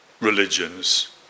religions